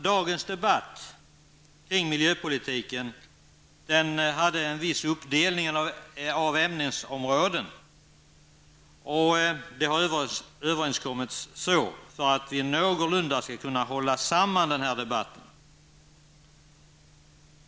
Dagens debatt kring miljöpolitiken är uppdelad i ämnesområden, vilket har överenskommits för att få en någorlunda sammanhållen debatt.